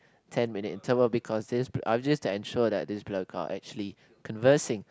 ten minute interval because this uh this is to ensure that this blur cock actually conversing